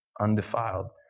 undefiled